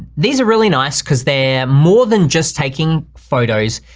these are really nice cause they're more than just taking photos.